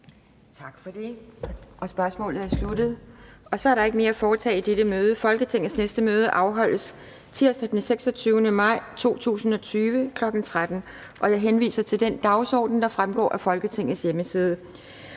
næstformand (Pia Kjærsgaard): Så er der ikke mere at foretage i dette møde. Folketingets næste møde afholdes tirsdag den 26. maj 2020, kl. 13.00. Jeg henviser til den dagsorden, der fremgår af Folketingets hjemmeside.